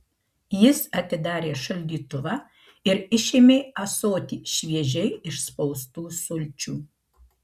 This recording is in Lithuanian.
jis atidarė šaldytuvą ir išėmė ąsotį šviežiai išspaustų sulčių